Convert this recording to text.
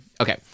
Okay